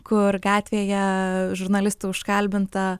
kur gatvėje žurnalistų užkalbinta